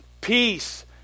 peace